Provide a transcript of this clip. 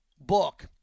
book